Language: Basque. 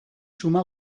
suma